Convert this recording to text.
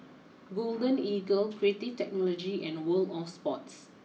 Golden Eagle Creative Technology and World of Sports